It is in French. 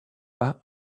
pas